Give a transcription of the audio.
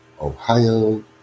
Ohio